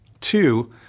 Two